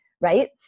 right